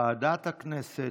ועדת הכנסת,